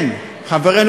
כן, חברינו